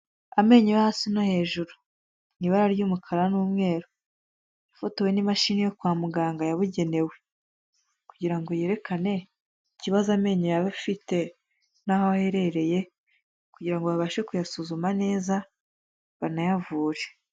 Amenyo yo hasi no hejuru, ni ibara ry'umukara n'umweru yafotowe n'imashini yo kwa muganga yabugenewe. Kugira ngo yerekane ikibazo amenyo yaba afite n'aho aherereye kugirango babashe kuyasuzuma neza banayavure.